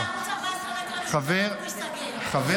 הינה,